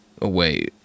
away